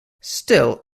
still